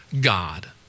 God